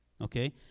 okay